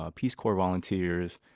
ah peace corps volunteers,